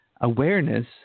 Awareness